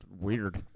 weird